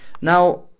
now